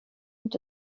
inte